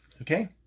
Okay